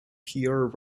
pierre